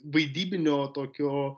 vaidybinio tokio